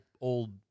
old